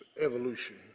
evolution